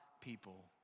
people